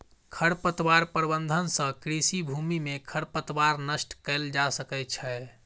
खरपतवार प्रबंधन सँ कृषि भूमि में खरपतवार नष्ट कएल जा सकै छै